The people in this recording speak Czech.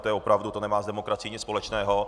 To opravdu nemá s demokracií nic společného.